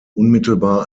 unmittelbar